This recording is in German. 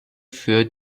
für